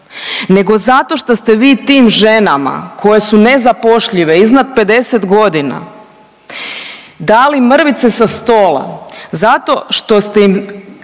nego zato što ste vi tim ženama koje su nezapošljive iznad 50 godina dali mrvice sa stola zato što ste im